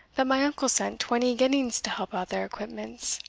that my uncle sent twenty guineas to help out their equipments.